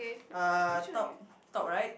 uh top top right